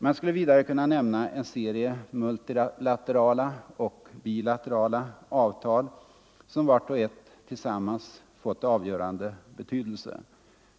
Man skulle vidare kunna nämna en serie multilaterala och bilaterala avtal, som vart och ett och tillsammans fått avgörande betydelse.